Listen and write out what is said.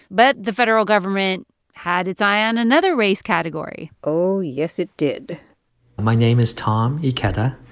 but the federal government had its eye on another race category oh, yes, it did my name is tom ikeda.